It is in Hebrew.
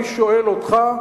אני שואל אותך,